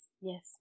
yes